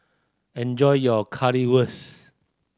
enjoy your Currywurst